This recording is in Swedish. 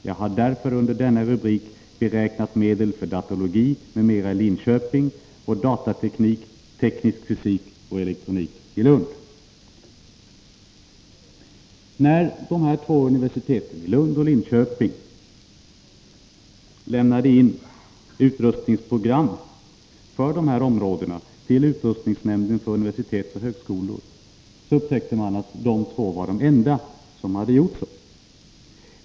Jag har därför under denna rubrik beräknat medel för Datalogi m.m. i Linköping och Datateknik, teknisk fysik och elektronik i Lund.” När de här två universiteten, i Lund och i Linköping, lämnade in utrustningsprogram för dessa områden till utrustningsnämnden för universitet och högskolor, upptäckte man att de var de enda som gjort det.